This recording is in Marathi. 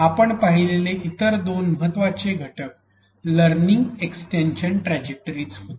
आपण पाहिलेले इतर दोन महत्त्वाचे घटक लर्निंग एक्सटेन्शन ट्रजेक्टरीज होते